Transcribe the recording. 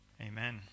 Amen